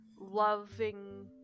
loving